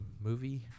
movie